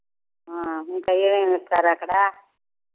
ఇంకా ఏమేమీ ఇస్తారు అక్కడ